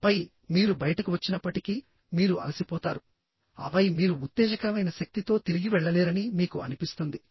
ఆపై మీరు బయటకు వచ్చినప్పటికీ మీరు అలసిపోతారు ఆపై మీరు ఉత్తేజకరమైన శక్తితో తిరిగి వెళ్ళలేరని మీకు అనిపిస్తుంది